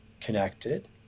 connected